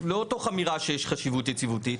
לא תוך אמירה שיש חשיבות יציבותית,